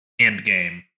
Endgame